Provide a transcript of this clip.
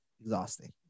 exhausting